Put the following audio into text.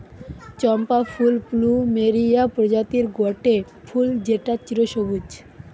চম্পা ফুল প্লুমেরিয়া প্রজাতির গটে ফুল যেটা চিরসবুজ